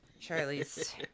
Charlie's